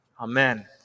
Amen